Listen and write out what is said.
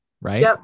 right